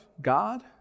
God